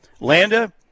Landa